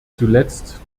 zuletzt